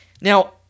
Now